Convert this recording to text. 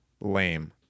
lame